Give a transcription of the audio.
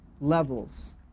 levels